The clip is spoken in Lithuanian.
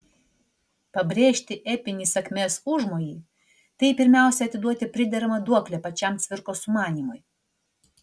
pabrėžti epinį sakmės užmojį tai pirmiausia atiduoti prideramą duoklę pačiam cvirkos sumanymui